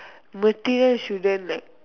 material shouldn't like